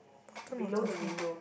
below the window